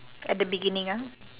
at the beginning ah